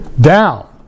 down